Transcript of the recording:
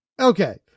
Okay